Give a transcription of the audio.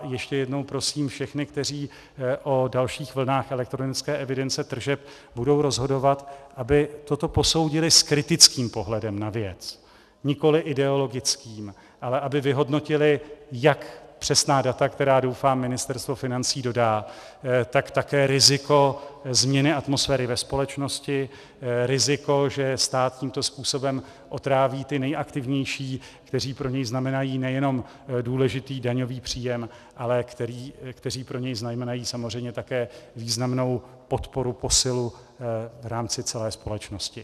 Ještě jednou prosím všechny, kteří o dalších vlnách elektronické evidence tržeb budou rozhodovat, aby toto posoudili kritickým pohledem na věc, nikoliv ideologickým, ale aby vyhodnotili jak přesná data, která, doufám, Ministerstvo financí dodá, tak také riziko změny atmosféry ve společnosti, riziko, že stát tímto způsobem otráví ty nejaktivnější, kteří pro něj znamenají nejenom důležitý daňový příjem, ale kteří pro něj znamenají samozřejmě také významnou podporu, posilu v rámci celé společnosti.